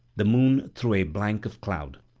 the moon through a bank of cloud.